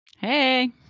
Hey